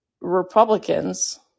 Republicans